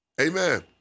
Amen